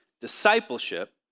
discipleship